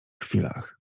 chwilach